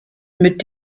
mit